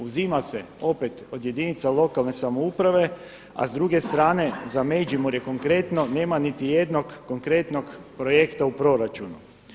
Uzima se opet od jedinica lokalne samouprave a s druge strane za Međimurje konkretno nema niti jednog konkretnog projekta u proračunu.